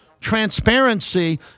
Transparency